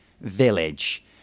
village